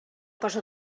cosa